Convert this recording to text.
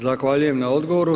Zahvaljujem na odgovoru.